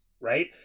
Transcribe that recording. right